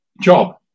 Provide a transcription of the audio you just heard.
job